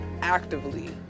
actively